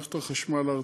ולמערכת החשמל הארצית.